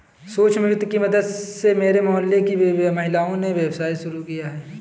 सूक्ष्म वित्त की मदद से मेरे मोहल्ले की महिलाओं ने व्यवसाय शुरू किया है